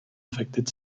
affected